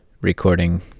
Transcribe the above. recording